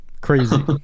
crazy